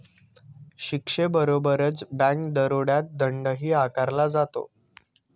शिक्षेबरोबरच बँक दरोड्यात दंडही आकारला जातो